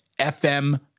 FM